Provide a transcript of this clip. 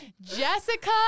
Jessica